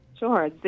Sure